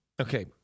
Okay